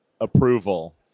approval